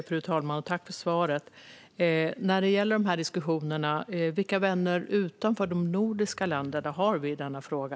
Fru talman! Tack för svaret, finansministern! När det gäller de här diskussionerna undrar jag vilka vänner utanför de nordiska länderna som vi har i denna fråga.